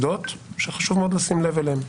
"לא יעזור להם,